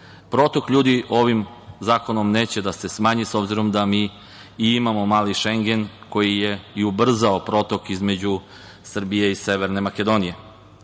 Protok ljudi ovim zakonom neće se smanjiti, s obzirom da imamo mali Šengen koji je ubrzao protok između Srbije i Severne Makedonije. Ovom